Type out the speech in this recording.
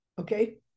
okay